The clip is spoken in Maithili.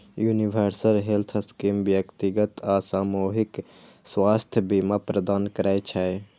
यूनिवर्सल हेल्थ स्कीम व्यक्तिगत आ सामूहिक स्वास्थ्य बीमा प्रदान करै छै